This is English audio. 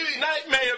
Nightmare